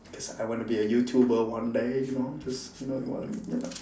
because I want to be a YouTuber one day you know just you wanna be you know